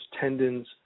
tendons